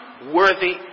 Worthy